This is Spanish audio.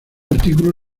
artículo